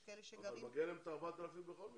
יש כאלה שגרים --- אבל מגיע להם את 4,000 בכל מקרה.